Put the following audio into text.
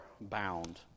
bound